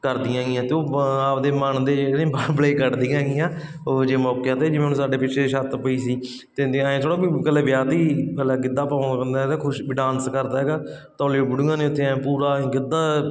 ਕਰਦੀਆਂ ਹੈਗੀਆਂ ਅਤੇ ਉਹ ਆ ਆਪਦੇ ਮਨ ਦੇ ਜਿਹੜੇ ਵਲਵਲੇ ਕੱਢਦੀਆਂ ਹੈਗੀਆਂ ਉਹ ਜੇ ਮੌਕਿਆਂ 'ਤੇ ਜਿਵੇਂ ਹੁਣ ਸਾਡੇ ਪਿੱਛੇ ਛੱਤ ਪਈ ਸੀ ਅਤੇ ਐਂ ਥੋੜ੍ਹਾ ਵੀ ਇਕੱਲਾ ਵਿਆਹ 'ਤੇ ਇਕੱਲਾ ਗਿੱਧਾ ਪਾਉ ਕੁਛ ਵੀ ਡਾਂਸ ਕਰਦਾ ਹੈਗਾ ਤੋਲੀ ਬੁੜੀਆਂ ਨੇ ਇੱਥੇ ਪੂਰਾ ਗਿੱਧਾ